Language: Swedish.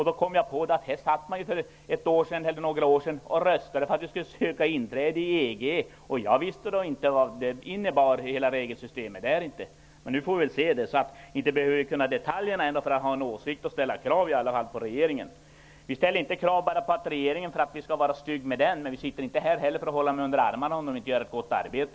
Då kom jag på att här satt man för ett par år sedan och röstade för att vi skulle söka inträde i EG. Jag visste då inte vad hela regelsystemet där innebar, men nu får vi väl se det. Så inte behöver vi kunna detaljerna för att ha en åsikt och ställa krav på regeringen. Vi ställer inte krav på regeringen för att vara stygga mot den, men vi sitter inte heller här för att hålla den under armarna om den inte gör ett gott arbete.